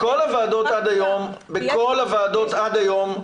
בכל הוועדות עד היום,